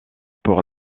pour